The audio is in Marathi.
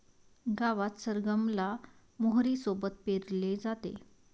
गावात सरगम ला मोहरी सोबत पेरले जाते